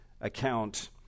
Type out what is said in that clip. account